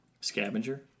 Scavenger